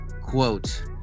Quote